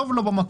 טוב לו במקום,